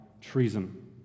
treason